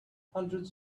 hundreds